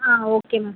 ah okay ma'am